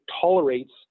tolerates